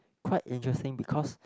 quite interesting because